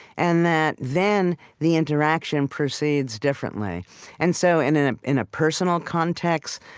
and that then the interaction proceeds differently and so in ah in a personal context,